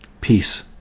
Peace